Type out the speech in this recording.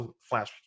Flash